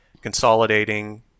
consolidating